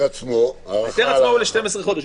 עצמו --- ההיתר עצמו הוא ל-12 חודשים,